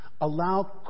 Allow